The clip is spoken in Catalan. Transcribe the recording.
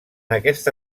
aquesta